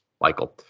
Michael